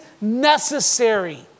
necessary